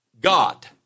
God